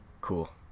Cool